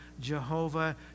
Jehovah